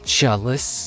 jealous